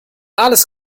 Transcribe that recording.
alles